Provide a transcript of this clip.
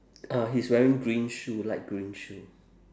uh he's wearing green shoe light green shoe